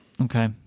Okay